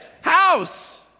House